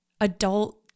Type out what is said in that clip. adult